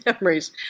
memories